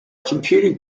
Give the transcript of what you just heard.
computing